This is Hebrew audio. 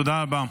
תודה רבה.